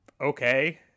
okay